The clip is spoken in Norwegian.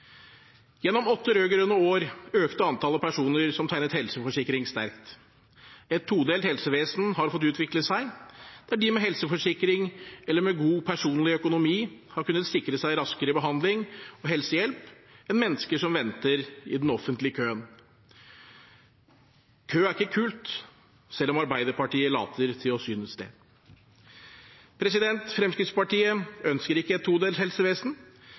Gjennom åtte rød-grønne år økte antallet personer som tegnet helseforsikring, sterkt. Et todelt helsevesen har fått utvikle seg, der de med helseforsikring eller med god personlig økonomi har kunnet sikre seg raskere behandling og helsehjelp enn mennesker som venter i den offentlige køen. Kø er ikke kult, selv om Arbeiderpartiet later til å synes det. Fremskrittspartiet ønsker ikke et